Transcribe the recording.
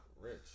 Rich